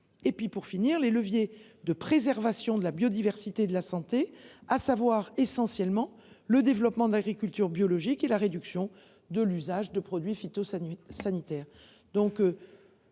il faut mentionner les leviers de préservation de la biodiversité et de la santé, à savoir essentiellement le développement de l’agriculture biologique et la réduction de l’usage de produits phytosanitaires.